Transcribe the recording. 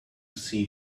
see